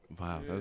Wow